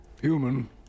human